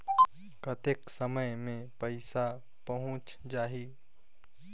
कतेक समय मे पइसा पहुंच जाही?